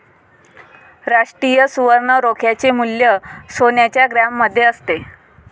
राष्ट्रीय सुवर्ण रोख्याचे मूल्य सोन्याच्या ग्रॅममध्ये असते